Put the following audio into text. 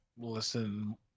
listen